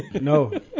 No